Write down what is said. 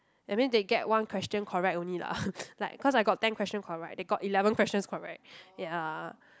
that mean they get one question correct only lah like cause I got ten question correct they got eleven questions correct ya